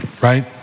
right